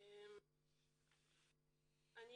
אני